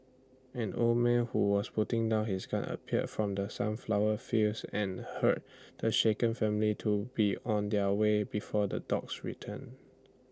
an old man who was putting down his gun appeared from the sunflower fields and hurried the shaken family to be on their way before the dogs return